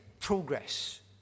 progress